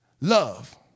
love